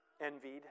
envied